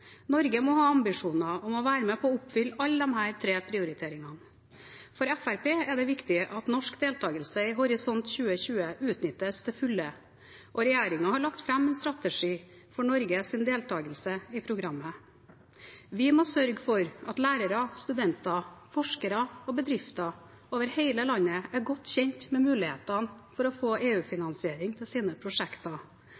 Norge må ha ambisjoner om å være med på å oppfylle alle disse tre prioriteringene. For Fremskrittspartiet er det viktig at norsk deltakelse i Horisont 2020 utnyttes til fulle, og regjeringen har lagt fram en strategi for Norges deltakelse i programmet. Vi må sørge for at lærere, studenter, forskere og bedrifter over hele landet er godt kjent med mulighetene for å få